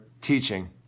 teaching